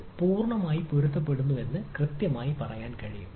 ഇത് പൂർണ്ണമായും പൊരുത്തപ്പെടുന്നുവെന്നത് കൃത്യമായി പറയാൻ കഴിയും